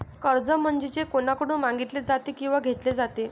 कर्ज म्हणजे जे कोणाकडून मागितले जाते किंवा घेतले जाते